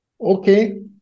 Okay